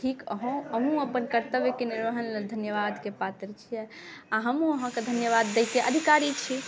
ठीक अहूँ अपन कर्तव्य निर्वाहनके लेल धन्यवादके पात्र छिए आओर हमहूँ अहाँके धन्यवाद दैके अधिकारी छी